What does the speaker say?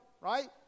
right